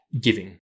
giving